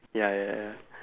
ya ya ya ya